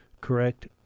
correct